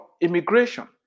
immigration